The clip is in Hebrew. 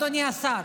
אדוני השר.